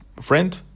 friend